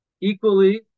Equally